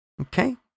Okay